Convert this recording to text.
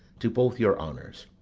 to both your honours.